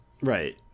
Right